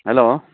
hello